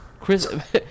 Chris